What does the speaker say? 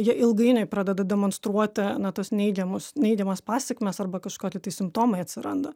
jie ilgainiui pradeda demonstruoti na tuos neigiamus neigiamas pasekmes arba kažkokie tai simptomai atsiranda